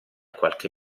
qualche